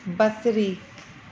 बसरी